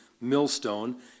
millstone